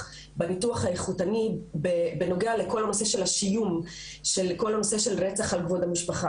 בניתוח האיכותני בנוגע לכל הנושא של רצח על כבוד המשפחה,